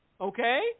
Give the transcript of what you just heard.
Okay